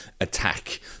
attack